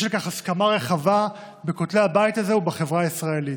יש על כך הסכמה רחבה בין כותלי הבית הזה ובחברה הישראלית.